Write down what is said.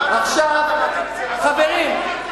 מה אתה מעתיק